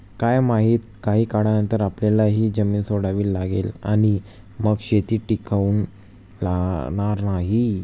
काय माहित, काही काळानंतर आपल्याला ही जमीन सोडावी लागेल आणि मग शेती टिकाऊ राहणार नाही